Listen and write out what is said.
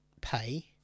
pay